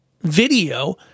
video